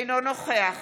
אינו נוכח